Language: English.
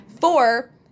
four